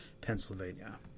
Pennsylvania